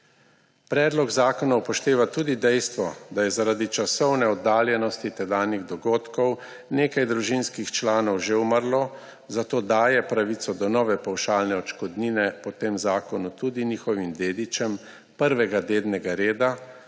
Predlog zakona upošteva tudi dejstvo, da je zaradi časovne oddaljenosti tedanjih dogodkov nekaj družinskih članov že umrlo, zato daje pravico do nove pavšalne odškodnine po tem zakonu tudi njihovim dedičem prvega dednega reda